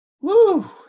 Woo